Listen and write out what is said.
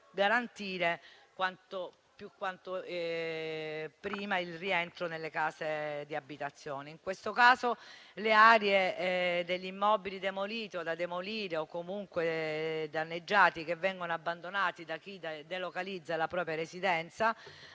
garantire quanto prima il rientro nelle case di abitazione. In questo caso, le aree degli immobili demoliti, da demolire o comunque danneggiati, che vengono abbandonate da chi delocalizza la propria residenza,